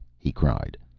he cried.